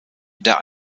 der